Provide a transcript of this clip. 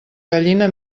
gallina